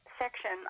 section